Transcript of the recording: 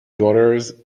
daughters